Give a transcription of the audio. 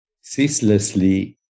ceaselessly